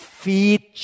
feed